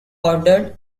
ordered